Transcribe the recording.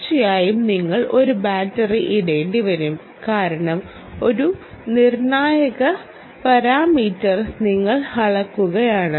തീർച്ചയായും നിങ്ങൾ ഒരു ബാറ്ററി ഇടേണ്ടിവരും കാരണം ഒരു നിർണായക പാരാമീറ്റർ നിങ്ങൾ അളക്കുകയാണ്